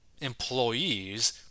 employees